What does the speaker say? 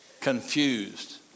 confused